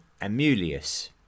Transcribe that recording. Amulius